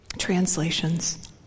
translations